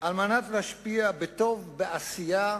כדי להשפיע בטוב, בעשייה,